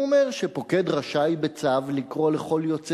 הוא אומר שפוקד רשאי בצו לקרוא לכל יוצא